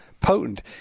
potent